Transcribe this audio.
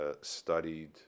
studied